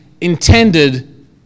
intended